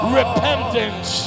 repentance